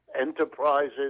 enterprises